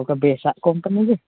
ᱚᱠᱟ ᱵᱮᱥᱟᱜ ᱠᱳᱢᱯᱟᱱᱤᱜᱮ